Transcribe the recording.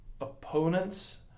opponents